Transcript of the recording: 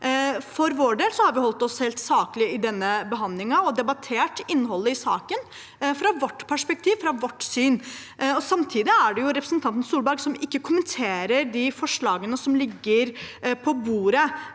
For vår del har vi holdt oss helt saklig i denne behandlingen og debattert innholdet i saken fra vårt perspektiv, fra vårt syn. Samtidig er det representanten Solberg som ikke kommenterer de forslagene som ligger på bordet,